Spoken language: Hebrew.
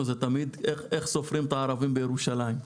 תמיד זה איך סופרים את הערבים בירושלים.